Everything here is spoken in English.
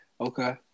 Okay